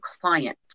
client